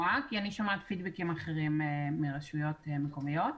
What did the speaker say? כי אני שומעת פידבקים אחרים מרשויות מקומיות.